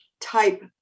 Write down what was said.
type